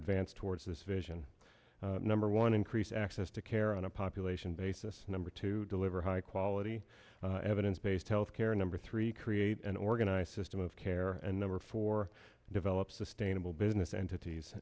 advance towards this vision number one increase access to care on a population basis number two deliver high quality evidence based health care number three create an organized system of care and number four develop sustainable business entities